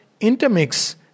intermix